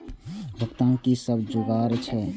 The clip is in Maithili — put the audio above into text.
भुगतान के कि सब जुगार छे?